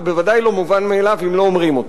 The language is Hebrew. והוא בוודאי לא מובן מאליו אם לא אומרים אותו.